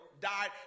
died